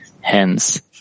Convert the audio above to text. Hence